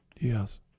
Yes